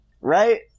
right